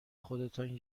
خودتان